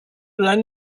run